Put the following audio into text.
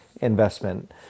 investment